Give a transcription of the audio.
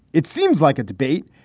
it seems like a debate,